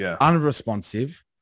unresponsive